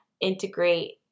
integrate